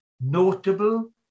notable